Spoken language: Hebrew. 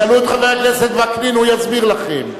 תשאלו את חבר הכנסת וקנין, הוא יסביר לכם.